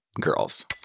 girls